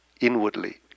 inwardly